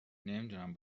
نمیدونم